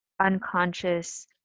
unconscious